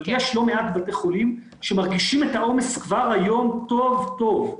אבל יש לא מעט בתי חולים שמרגישים את העומס כבר היום טוב טוב,